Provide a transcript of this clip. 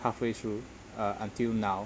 halfway through uh until now